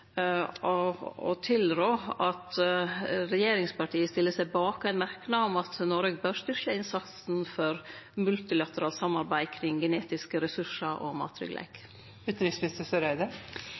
å tilrå at regjeringspartia stiller seg bak ein merknad om at Noreg bør styrkje innsatsen for multilateralt samarbeid omkring genetiske ressursar og mattryggleik?